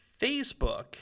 Facebook